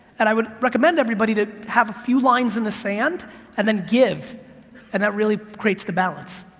and i would recommend everybody to have a few lines in the sand and then give and that really creates the balance,